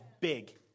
big